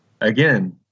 Again